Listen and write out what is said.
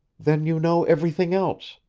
then you know everything else.